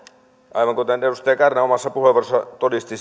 aivan kuten edustaja kärnä omassa puheenvuorossaan todisti